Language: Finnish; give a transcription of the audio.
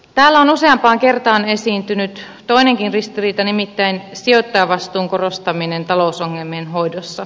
täällä on useampaan kertaan esiintynyt toinenkin ristiriita nimittäin sijoittajavastuun korostaminen talousongelmien hoidossa